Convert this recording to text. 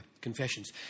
confessions